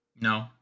No